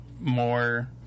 more